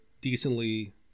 decently